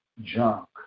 junk